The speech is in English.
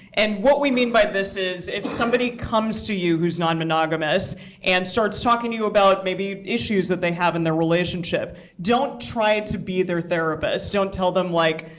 and what we mean by this is if somebody comes to you who's non-monogamous and starts talking to you about maybe issues that they have in their relationship, don't try to be their therapist. don't tell them like,